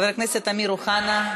חבר הכנסת אמיר אוחנה,